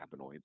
cannabinoids